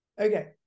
Okay